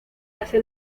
hace